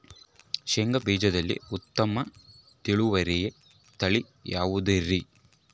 ಶೇಂಗಾ ಬೇಜದಲ್ಲಿ ಉತ್ತಮ ಇಳುವರಿಯ ತಳಿ ಯಾವುದುರಿ?